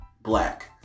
black